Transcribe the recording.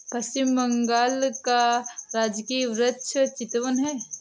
पश्चिम बंगाल का राजकीय वृक्ष चितवन है